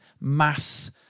mass